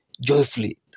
joyfully